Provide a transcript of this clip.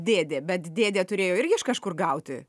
dėdė bet dėdė turėjo irgi iš kažkur gauti